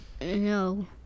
No